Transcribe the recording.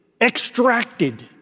extracted